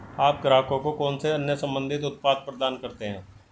आप ग्राहकों को कौन से अन्य संबंधित उत्पाद प्रदान करते हैं?